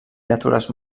natures